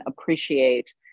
appreciate